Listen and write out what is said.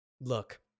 look